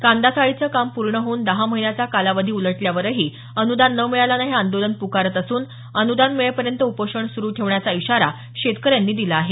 कांदा चाळीचे काम पूर्ण होऊन दहा महिन्याचा कालावधी उलटल्यावरही अनुदान न मिळाल्यानं हे आंदोलन पुकारत असून अनुदान मिळेपर्यंत उपोषण सुरू ठेवण्याचा इशारा शेतकऱ्यांनी दिला आहे